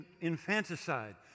infanticide